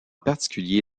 particulier